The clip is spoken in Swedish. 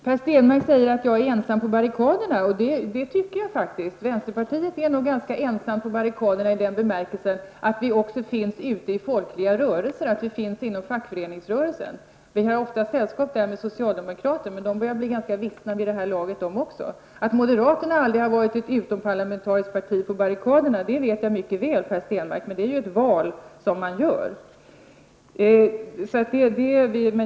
Per Stenmarck säger att jag är ensam på barrikaderna. Det tycker jag faktiskt. Vänsterpartiet är nog ganska ensamt på barrikaderna i den bemärkelsen att vi också finns ute i folkliga rörelser, inom fackföreningsrörelsen. Vi har ofta sällskap där med socialdemokrater, men de börjar bli ganska vissna vid det här laget. Att moderaterna aldrig har varit ett utomparlamentariskt parti på barrikaderna vet jag mycket väl, Per Stenmarck, men det är ett val som man gör.